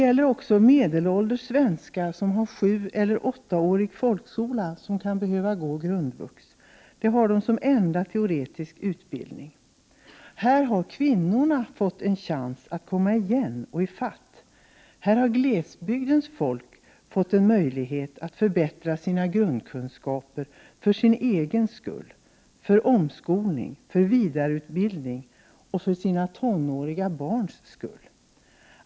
Även medelålders svenskar som har gått 7 eller 8-årig folkskola kan behöva gå grundvux. De har detta som sin enda teoretiska utbildning. Här har kvinnorna fått en chans att komma ifatt, och här har glesbygdens folk fått möjligheter att förbättra sina grundkunskaper för sin egen skull, för omskolning, för vidareutbildning och för sina tonåriga barns skull.